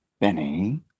Benny